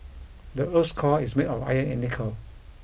the earth's core is made of iron and nickel